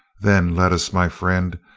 then let us, my friend,